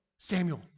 Samuel